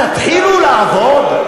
התתחילו לעבוד?